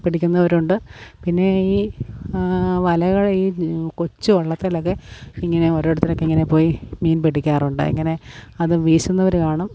പിടിക്കുന്നവരുണ്ട് പിന്നെ ഈ വലകളിൽ കൊച്ചു വള്ളത്തിലൊക്കെ ഇങ്ങനെ ഓരോരുത്തരൊക്കെ ഇങ്ങനെ പോയി മീൻ പിടിക്കാറുണ്ട് അങ്ങനെ അതും വീശുന്നവർ കാണും